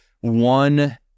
one